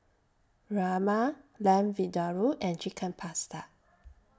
Rajma Lamb Vindaloo and Chicken Pasta